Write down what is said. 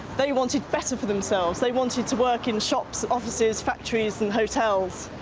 they wanted better for themselves, they wanted to work in shops, offices, factories and hotels.